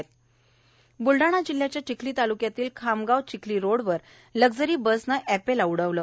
अपघात ब्लडाणा जिल्ह्याच्या चिखली तालुक्यातील खामगाव चिखली रोडवर लक्सरी बसने एपेला उडवले